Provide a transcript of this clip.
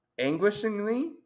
anguishingly